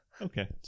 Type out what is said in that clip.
Okay